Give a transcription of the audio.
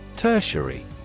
Tertiary